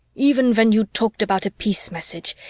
even when you talked about a peace message,